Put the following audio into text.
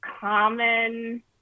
common